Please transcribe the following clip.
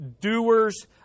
doers